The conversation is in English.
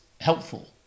helpful